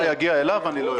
מתי זה יגיע אליו אני לא יודע.